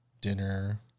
Dinner